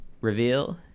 reveal